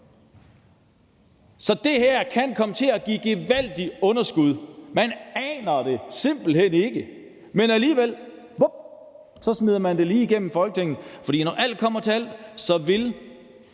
Så det her kan komme til at give gevaldigt underskud. Man aner det simpelt hen ikke, men alligevel smider man det – vups! – lige igennem Folketinget, for når alt kommer til alt, vil